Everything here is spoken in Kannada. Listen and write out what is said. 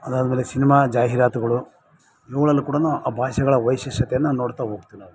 ಅದಾದಮೇಲೆ ಸಿನಿಮಾ ಜಾಹೀರಾತುಗಳು ಇವುಗಳಲ್ಲು ಕೂಡ ಆ ಭಾಷೆಗಳ ವೈಶಿಷ್ಟ್ಯತೆಯನ್ನ ನೋಡ್ತ ಹೋಗ್ತಿವ್ ನಾವು